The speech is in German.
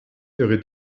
ihre